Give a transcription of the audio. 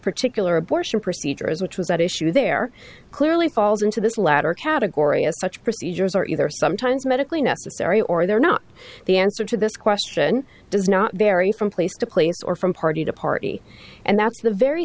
particular abortion procedures which was at issue there clearly falls into this latter category as such procedures are either sometimes medically necessary or they're not the answer to this question does not vary from place to place or from party to party and that's the very